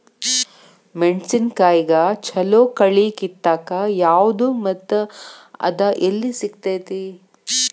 ಮೆಣಸಿನಕಾಯಿಗ ಛಲೋ ಕಳಿ ಕಿತ್ತಾಕ್ ಯಾವ್ದು ಮತ್ತ ಅದ ಎಲ್ಲಿ ಸಿಗ್ತೆತಿ?